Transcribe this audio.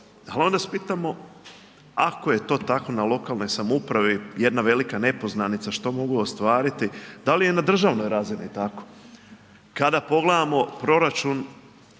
Ali onda se pitamo, ako je to tako na lokalnoj samoupravi jedna velika nepoznanica što mogu ostvariti da li je na državnoj razini tako? Kada pogledamo proračun